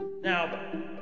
Now